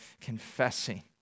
confessing